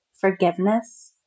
forgiveness